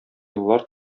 еллар